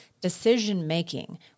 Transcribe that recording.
decision-making